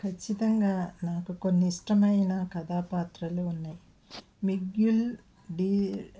కచ్చితంగా నాకు కొన్ని ఇష్టమైన కథా పాత్రలు ఉన్నాయి మిడ్యూల్ డి